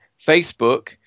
Facebook